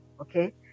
okay